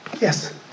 Yes